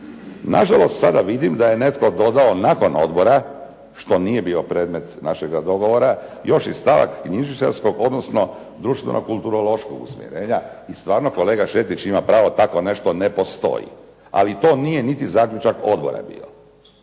Nažalost, sada vidim da je netko dodao nakon odbora, što nije bio predmet našega dogovora, još i stavak knjižničarskog, odnosno društveno kulturološkog usmjerenja i stvarno kolega Šetić ima pravo, takvo nešto ne postoji. Ali to nije niti zaključak odbora bio